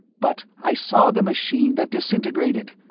but i saw the machine that disintegrated.